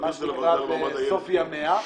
בסוף ימיה,